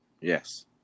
Yes